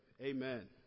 Amen